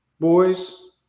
boys